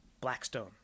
Blackstone